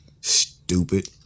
stupid